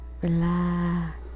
Relax